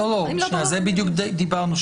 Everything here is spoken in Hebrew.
על זה דיברנו.